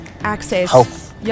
access